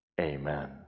Amen